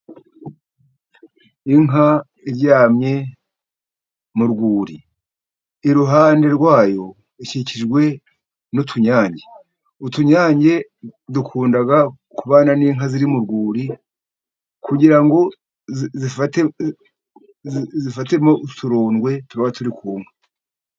Inka iryamye mu rwuri, iruhande rwayo ikikijwe n'utunyange, utunyange dukunda kubana n'inka ziri mu rwuri, kugira ngo dufatemo uturondwe tuba turi ku nka.